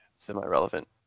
semi-relevant